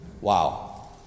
Wow